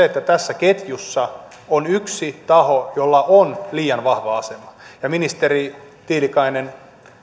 että tässä ketjussa on yksi taho jolla on liian vahva asema ministeri tiilikainen